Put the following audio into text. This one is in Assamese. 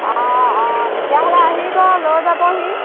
অঁ অঁ তেতিয়াহ'লে আহিব লৈ যাবহি